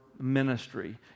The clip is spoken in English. ministry